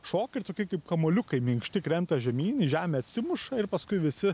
šoka ir tokie kaip kamuoliukai minkšti krenta žemyn į žemę atsimuša ir paskui visi